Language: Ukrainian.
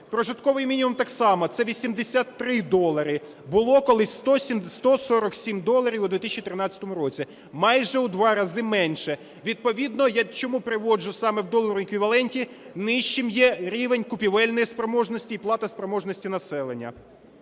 Прожитковий мінімум так само – це 83 долари, було колись 147 доларів у 2013 році, майже у 2 рази менше. Відповідно, я чому приводжу саме в доларовому еквіваленті, нижчим є рівень купівельної спроможності і платоспроможності населення.